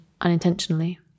unintentionally